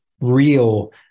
real